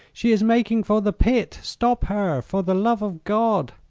she is making for the pit. stop her, for the love of god!